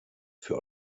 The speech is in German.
für